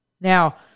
now